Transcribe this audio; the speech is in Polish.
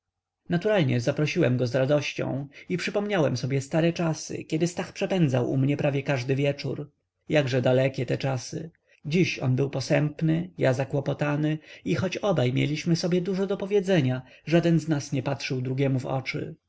naturalnie zaprosiłem go z radością i przypomniałem sobie dobre czasy kiedy stach przepędzał u mnie prawie każdy wieczór jakże daleko te czasy dziś on był posępny ja zakłopotany i choć obaj mieliśmy sobie dużo do powiedzenia żaden z nas nie patrzył drugiemu w oczy